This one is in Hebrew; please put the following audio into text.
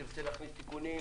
אם תרצו להכניס תיקונים,